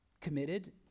committed